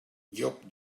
llop